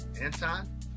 Anton